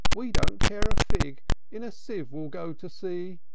we don't care a fig in a sieve we'll go to sea!